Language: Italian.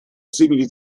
simili